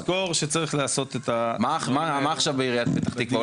מה עכשיו בעיריית פתח תקווה?